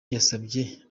yasabye